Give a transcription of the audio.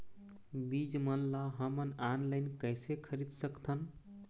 बीज मन ला हमन ऑनलाइन कइसे खरीद सकथन?